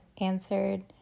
answered